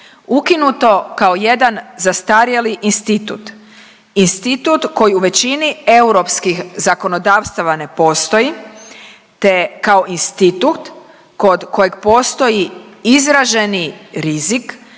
ukinuto kao jedan zastarjeli institut, institut koji u većini europskih zakonodavstava ne postoji te kao institut kod kojeg postoji izraženi rizik